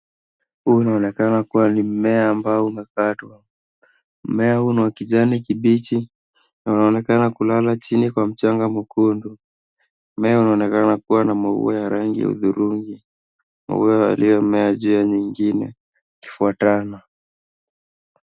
Huu inaonekana kuwa ni mimea ambao umekatwa. Mimea huu ni wa kijani kibichi na unaonekana kulala jini kwa mchanga mwekundu. Mimea unaonekana kuwa na mau ya rangi uturungi. Mau yaliomea juu ya nyingine ikifwatana.